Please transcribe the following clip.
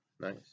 nice